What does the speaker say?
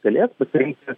galės pasirinkti